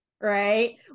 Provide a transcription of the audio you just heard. right